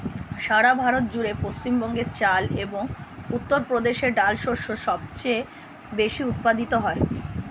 সারা ভারত জুড়ে পশ্চিমবঙ্গে চাল এবং উত্তরপ্রদেশে ডাল শস্য সবচেয়ে বেশী উৎপাদিত হয়